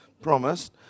promised